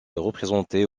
représentées